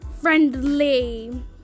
friendly